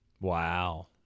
wow